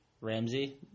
Ramsey